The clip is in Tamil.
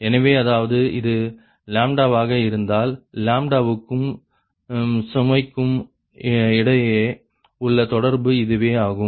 எனவே அதாவது இது வாக இருந்தால் வுக்கும் சமைக்கும் இடையே உள்ள தொடர்பு இதுவே ஆகும்